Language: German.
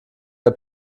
der